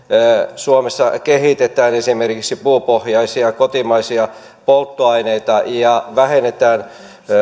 suomessa kehitetään esimerkiksi puupohjaisia kotimaisia polttoaineita ja vähennetään